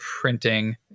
printing